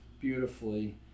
beautifully